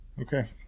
Okay